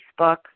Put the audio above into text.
Facebook